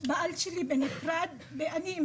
בעלי היה בנפרד ואני הייתי עם